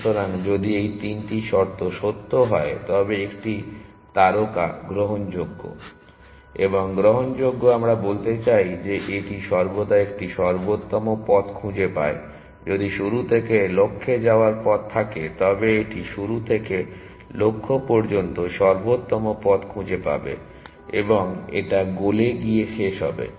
সুতরাং যদি এই তিনটি শর্ত সত্য হয় তবে একটি তারকা গ্রহণযোগ্য এবং গ্রহণযোগ্য আমরা বলতে চাই যে এটি সর্বদা একটি সর্বোত্তম পথ খুঁজে পায় যদি শুরু থেকে লক্ষ্যে যাওয়ার পথ থাকে তবে এটি শুরু থেকে লক্ষ্য পর্যন্ত সর্বোত্তম পথ খুঁজে পাবে এবং এটা গোলে গিয়ে শেষ হবে